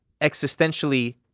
existentially